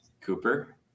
Cooper